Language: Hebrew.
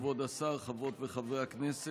כבוד השר, חברות וחברי הכנסת,